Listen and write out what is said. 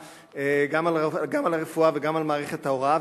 גם על הרפואה וגם על מערכת ההוראה,